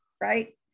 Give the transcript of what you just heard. right